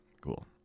cool